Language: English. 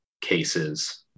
cases